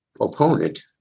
opponent